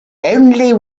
only